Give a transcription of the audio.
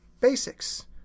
basics